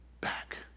back